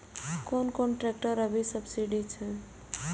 कोन कोन ट्रेक्टर अभी सब्सीडी छै?